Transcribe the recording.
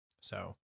So-